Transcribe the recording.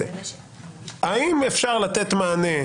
האם אפשר לתת מענה,